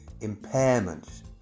Impairment